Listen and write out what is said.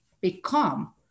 become